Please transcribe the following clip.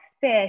fish